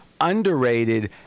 underrated